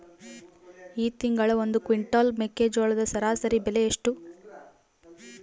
ಈ ತಿಂಗಳ ಒಂದು ಕ್ವಿಂಟಾಲ್ ಮೆಕ್ಕೆಜೋಳದ ಸರಾಸರಿ ಬೆಲೆ ಎಷ್ಟು?